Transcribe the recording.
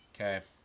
okay